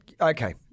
Okay